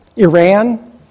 Iran